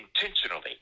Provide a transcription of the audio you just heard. intentionally